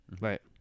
Right